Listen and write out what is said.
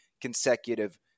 consecutive